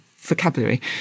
vocabulary